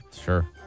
Sure